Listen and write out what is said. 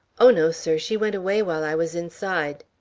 oh, no, sir she went away while i was inside.